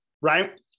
Right